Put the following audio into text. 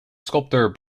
sculptor